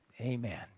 Amen